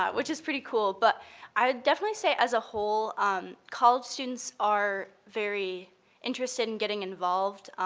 ah which is pretty cool, but i'd definitely say as a whole um college students are very interested in getting involved.